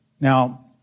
Now